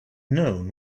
known